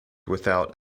without